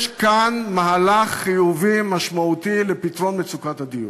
יש כאן מהלך חיובי משמעותי לפתרון מצוקת הדיור.